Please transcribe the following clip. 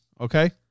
okay